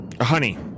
honey